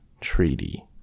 Treaty